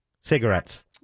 cigarettes